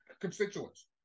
Constituents